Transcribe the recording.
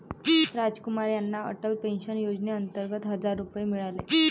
रामकुमार यांना अटल पेन्शन योजनेअंतर्गत हजार रुपये मिळाले